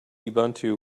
ubuntu